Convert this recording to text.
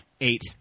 Eight